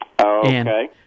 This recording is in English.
Okay